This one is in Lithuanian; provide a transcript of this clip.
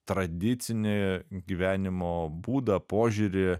tradicinį gyvenimo būdą požiūrį